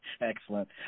excellent